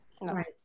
Right